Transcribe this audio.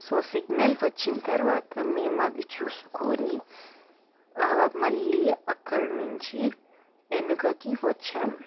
so signal వచ్చిన తర్వాత మేం అది చూసుకొని మళ్లీ అక్కడి నుంచి వెనుకకి వచ్చాం